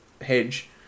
hedge